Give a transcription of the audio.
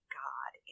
god